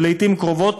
ולעתים קרובות,